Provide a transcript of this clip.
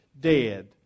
dead